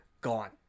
gone